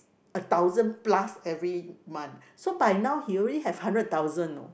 a thousand plus every month so by now he already have hundred thousand know